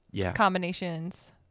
combinations –